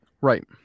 Right